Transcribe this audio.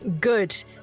Good